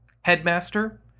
headmaster